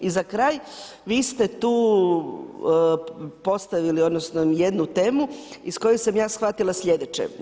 I za kraj, vi ste tu postavili, odnosno jednu temu iz koje sam ja shvatila sljedeće.